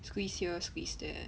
squeeze here squeeze there